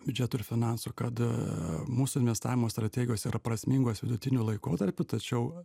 biudžeto ir finansų kad mūsų investavimo strategijos yra prasmingos vidutiniu laikotarpiu tačiau